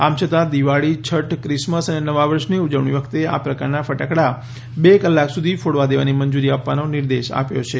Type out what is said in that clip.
આમ છતાં દિવાળી છઠ્ઠ ક્રિસમસ અને નવા વર્ષની ઊજવણી વખતે આ પ્રકારના ફટાકડા બે કલાક સુધી ફોડવા દેવાની મંજુરી આપવાનો નિર્દેશ આપ્યો છે